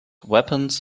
weapons